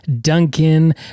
Duncan